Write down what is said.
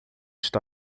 está